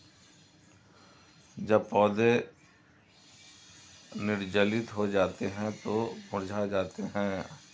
जब पौधे निर्जलित हो जाते हैं तो मुरझा जाते हैं